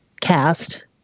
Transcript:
Cast